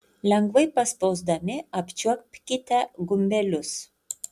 lengvai paspausdami apčiuopkite gumbelius